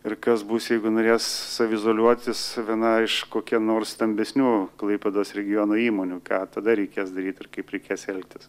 ir kas bus jeigu norės saviizoliuotis viena iš kokio nors stambesnių klaipėdos regiono įmonių ką tada reikės daryti ir kaip reikės elgtis